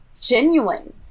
genuine